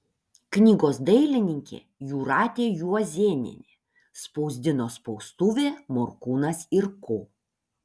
knygos dailininkė jūratė juozėnienė spausdino spaustuvė morkūnas ir ko